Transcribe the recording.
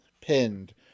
pinned